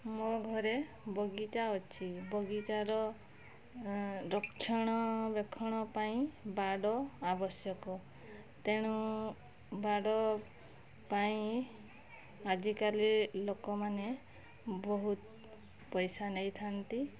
ମୋ ଘରେ ବଗିଚା ଅଛି ବଗିଚାର ରକ୍ଷଣାବେକ୍ଷଣ ପାଇଁ ବାଡ଼ ଆବଶ୍ୟକ ତେଣୁ ବାଡ଼ ପାଇଁ ଆଜିକାଲି ଲୋକମାନେ ବହୁତ୍ ପଇସା ନେଇଥାଆନ୍ତି